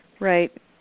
Right